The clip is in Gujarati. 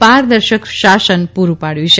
પારદર્શક શાસન પૂર્રું પાડયું છે